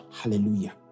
hallelujah